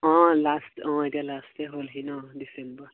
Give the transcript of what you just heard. অঁ লাষ্ট অঁ এতিয়া লাষ্টতে হ'লহি ন' ডিচেম্বৰ